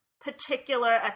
particular